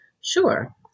Sure